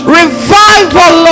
revival